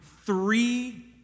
three